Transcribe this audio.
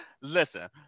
Listen